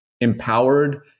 empowered